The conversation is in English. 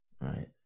Right